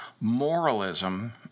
Moralism